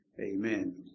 Amen